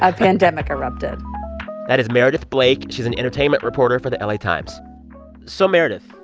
ah pandemic erupted that is meredith blake. she's an entertainment reporter for the la times so meredith,